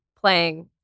playing